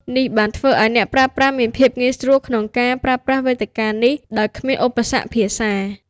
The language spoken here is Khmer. នេះបានធ្វើឲ្យអ្នកប្រើប្រាស់មាន ភាពងាយស្រួលក្នុងការប្រើប្រាស់វេទិកានេះដោយគ្មានឧបសគ្គភាសា។